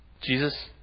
Jesus